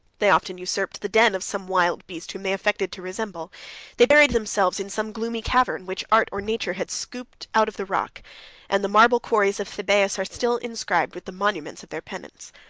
they often usurped the den of some wild beast whom they affected to resemble they buried themselves in some gloomy cavern, which art or nature had scooped out of the rock and the marble quarries of thebais are still inscribed with the monuments of their penance.